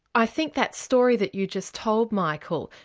i think that story that you just told, michael,